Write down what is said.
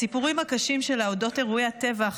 הסיפורים הקשים שלה אודות אירועי הטבח,